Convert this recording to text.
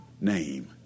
name